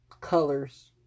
Colors